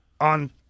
On